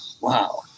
Wow